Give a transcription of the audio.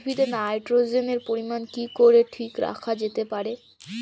উদ্ভিদে নাইট্রোজেনের পরিমাণ কি করে ঠিক রাখা যেতে পারে?